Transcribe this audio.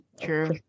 True